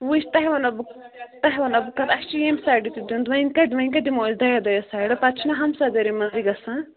وٕچھ تۄہہِ وَنو بہٕ تۄہہِ وَنو بہٕ کَتھ اَسہِ چھُ ییٚمہِ سایڈٕ تہِ دیُن وۅنۍ کَتہِ وۅنۍ کَتہِ دِمو أسۍ دَیہِ دۄیَس سایڈٕ پَتہٕ چھُنا ہمساے دٲری منٛزٕے گژھان